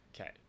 Okay